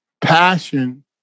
passion